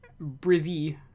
brizzy